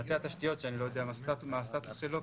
מטה התשתיות שאני לא יודע מה הסטטוס שלו,